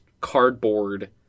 cardboard